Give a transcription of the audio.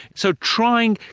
so trying,